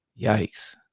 Yikes